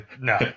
No